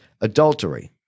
adultery